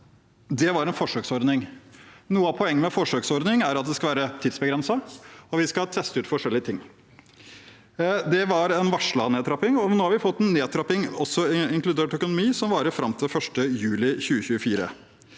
Det var en forsøksordning. Noe av poenget med en forsøksordning er at den skal være tidsbegrenset, og vi skal teste ut forskjellige ting. Det var en varslet nedtrapping, og nå har vi fått en nedtrapping, inkludert økonomi, som varer fram til 1. juli 2024.